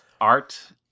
Art